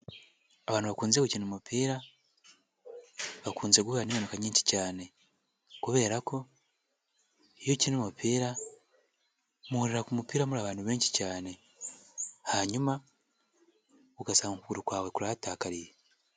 Abantu bakunze gukina umupira, bakunze guhura n'impanuka nyinshi cyane kubera ko iyo ukina umupira, muhurira ku mupira muri abantu benshi cyane, hanyuma ugasanga ukuguru kwawe kurahatakariye.